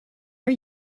are